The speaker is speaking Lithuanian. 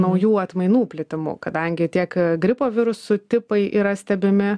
naujų atmainų plitimu kadangi tiek gripo virusų tipai yra stebimi